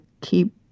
keep